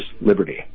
liberty